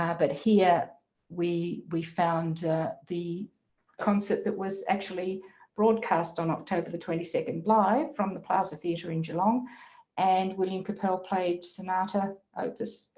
ah but here we, we found the concert that was actually broadcast on october the twenty second live from the plaza theater in geelong and william kapell played sonata, opus,